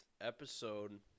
episode